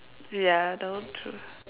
ya the one true